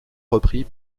repris